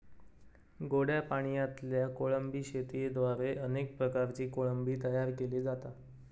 गोड्या पाणयातल्या कोळंबी शेतयेद्वारे अनेक प्रकारची कोळंबी तयार केली जाता